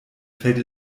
fällt